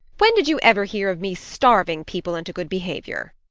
when did you ever hear of me starving people into good behavior?